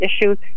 issues